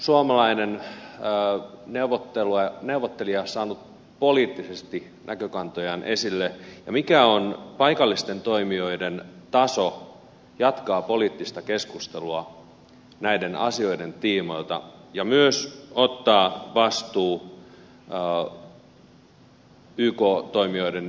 miten siellä on suomalainen neuvottelija saanut poliittisesti näkökantojaan esille ja mikä on paikallisten toimijoiden taso jatkaa poliittista keskustelua näiden asioiden tiimoilta ja myös ottaa vastuu yk toimijoiden poistuttua